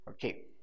Okay